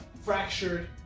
fractured